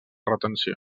retenció